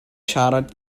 siarad